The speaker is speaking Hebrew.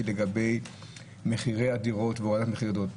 לגבי מחירי הדירות והורדת מחירי הדירות.